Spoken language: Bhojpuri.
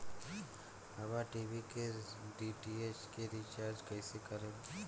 हमार टी.वी के डी.टी.एच के रीचार्ज कईसे करेम?